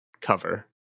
cover